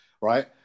right